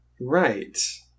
Right